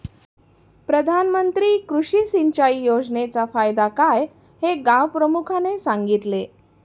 प्रधानमंत्री कृषी सिंचाई योजनेचा फायदा काय हे गावप्रमुखाने सांगितले